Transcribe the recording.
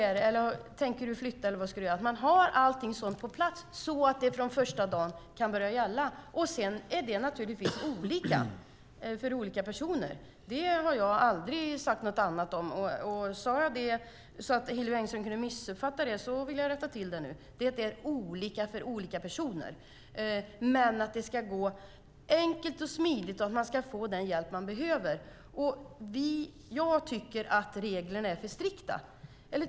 Tänker du flytta, eller vad ska du göra? Man ska ha allt sådant på plats så att det kan börja gälla från första dagen. Sedan är det naturligtvis olika för olika personer. Det har jag aldrig sagt något annat om. Om jag uttryckte mig så att Hillevi Engström kunde missuppfatta det vill jag rätta till det nu. Det är olika för olika personer, men det ska vara enkelt och smidigt, och man ska få den hjälp man behöver. Jag tycker att reglerna är för strikta.